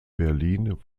berlin